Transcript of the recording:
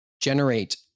generate